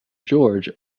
george